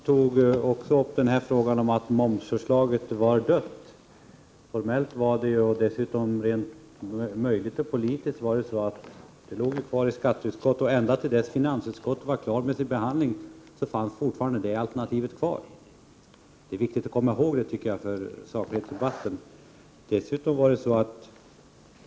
Herr talman! Hans Petersson tog upp frågan om momsförslaget var dött. Formellt och rent politiskt låg förslaget kvar i skatteutskottet. Ända till dess att finansutskottet var klar med sin behandling fanns fortfarande det alternativet kvar. Det är viktigt att komma ihåg detta för sakligheten i debatten.